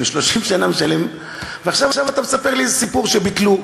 30 שנה אני משלם ועכשיו אתה מספר לי סיפור שביטלו?